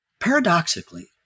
Paradoxically